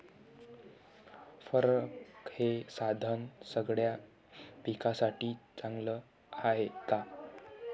परकारं हे साधन सगळ्या पिकासाठी चांगलं हाये का?